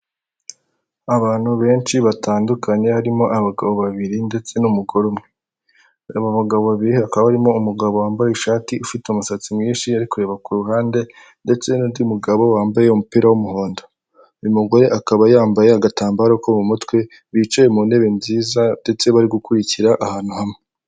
Abantu benshi batandukanye harimo abagabo babiri ndetse n'umugore umwe. Abo bagabo babiri bakaba barimo umugabo wambaye ishati ufite umusatsi mwinshi ari kureba kuruhande, ndetse n'undi mugabo wambaye umupira w'umuhondo. Uyu mugore akaba yambaye agatambaro ko mu mutwe bicaye mu ntebe nziza ndetse bari gukurikira ahantu hamwe